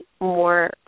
more